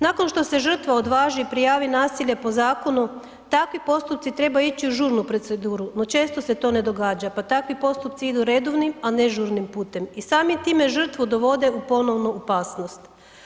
Nakon što se žrtva odvaži i prijavi nasilje po zakonu, takvi postupci trebaju ići u žurnu proceduru, no često se to ne događa, pa takvi postupci idu redovnim, a ne žurnim putem i samim time žrtvu dovode u ponovnu opasnost.